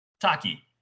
Taki